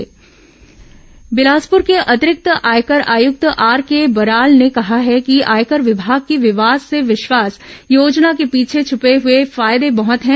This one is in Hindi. विवाद से विश्वास बिलासपुर के अतिरिक्त आयकर आयुक्त आरके बराल ने कहा है कि आयकर विमाग की विवाद से विश्वास योजना के पीछे छपे हए फायदे बहत है